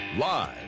Live